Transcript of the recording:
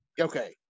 Okay